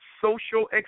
social